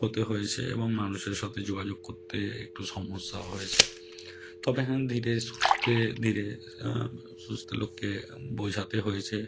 হতে হয়েছে এবং মানুষের সাথে যোগাযোগ করতে একটু সমস্যা হয়েছে তবে হ্যাঁ ধীরে সুস্থে ধীরে সুস্থে লোককে বোঝাতে হয়েছে